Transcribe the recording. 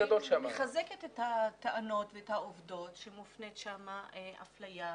אני מחזקת את הטענות ואת העובדות שמופנית שם אפליה,